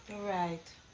right.